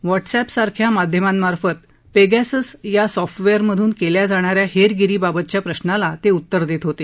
WhatsApp सारख्या माध्यमांमार्फत Pegasus या सॉफ्टवेअर मधून केल्या जाणाऱ्या हेरगिरीबाबतच्या प्रशाला ते उत्तर देत होते